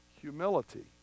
humility